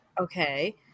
Okay